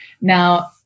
Now